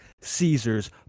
Caesars